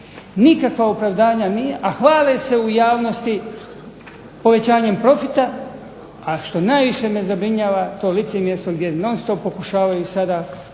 Nikakva opravdanja nije, a hvale se u javnosti povećavanjem profita, a što najviše me zabrinjava to licemjerstvo gdje non stop pokušavaju sada